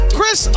Chris